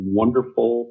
wonderful